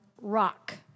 rock